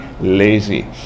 lazy